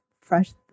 fresh